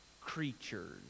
creatures